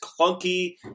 clunky